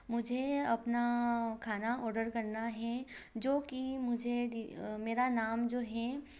मुझे अपना खाना ऑर्डर करना है जो कि मुझे मेरा नाम जो है